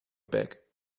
back